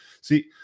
See